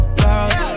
girls